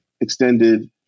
extended